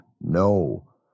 no